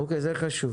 זה חשוב.